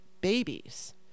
babies